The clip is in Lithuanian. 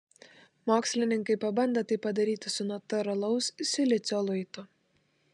mokslininkai pabandė tai padaryti su natūralaus silicio luitu